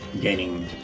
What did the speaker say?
gaining